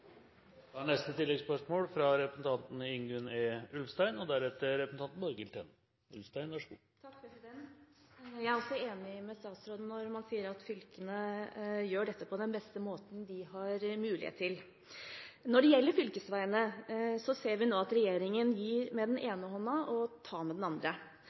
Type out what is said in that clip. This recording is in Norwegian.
Ingunn E. Ulfsten – til oppfølgingsspørsmål. Jeg er enig med statsråden når hun sier at fylkene gjør dette på den beste måten de har mulighet til å gjøre. Når det gjelder fylkesveiene, ser vi nå at regjeringen gir med den ene hånden og tar med den andre.